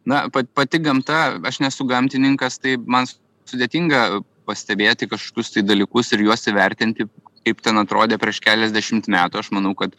na pati gamta aš nesu gamtininkas tai man sudėtinga pastebėti kažkokius dalykus ir juos įvertinti kaip ten atrodė prieš keliasdešimt metų aš manau kad